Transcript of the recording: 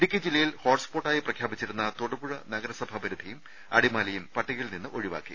ഇടുക്കി ജില്ലയിൽ ഹോട്ട്സ്പോട്ടായി പ്രഖ്യാപിച്ചിരുന്ന തൊടുപുഴ നഗരസഭാ പരിധിയും അടിമാലിയും പട്ടികയിൽ നിന്ന് ഒഴിവാക്കി